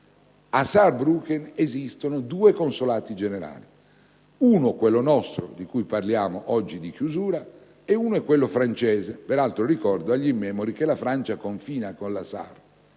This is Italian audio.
A Saarbrücken esistono due consolati generali: uno è quello nostro, per il quale parliamo di chiusura, e l'altro è quello francese. Peraltro, ricordo agli immemori che la Francia confina con la Saar.